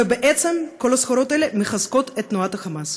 ובעצם כל הסחורות האלה מחזקות את תנועת ה"חמאס".